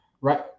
Right